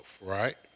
right